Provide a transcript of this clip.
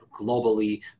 globally